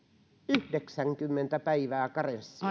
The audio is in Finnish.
yhdeksänkymmentä päivää karenssia